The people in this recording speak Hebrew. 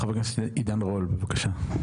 חבר הכנסת עידן רול, בבקשה.